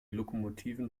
lokomotiven